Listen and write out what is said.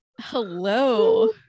hello